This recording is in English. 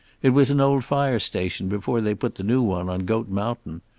it was an old fire station before they put the new one on goat mountain.